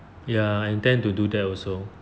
ya I plan to do that also